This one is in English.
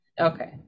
Okay